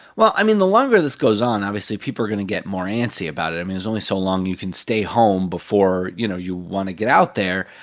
well, i mean, the longer this goes on, obviously, people are going to get more antsy about it. i mean, there's only so long you can stay home before, you know, you want to get out there.